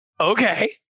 Okay